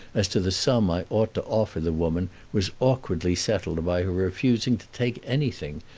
as to the sum i ought to offer the woman was awkwardly settled by her refusing to take anything,